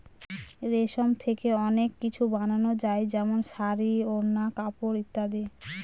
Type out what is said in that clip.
রেশম থেকে অনেক কিছু বানানো যায় যেমন শাড়ী, ওড়না, কাপড় ইত্যাদি